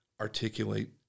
articulate